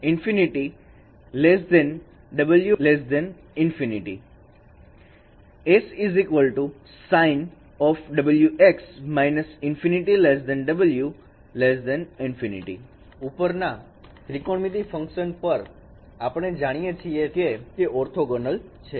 C cosωx| −∞ ω ∞ S sinωx| −∞ ω ∞ ઉપરના ત્રિકોણમિતિ function પણ આપણે જાણીએ છીએ કે તે ઓર્થોગોનલ છે